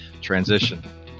transition